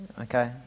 Okay